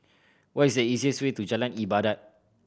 what is the easiest way to Jalan Ibadat